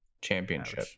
championship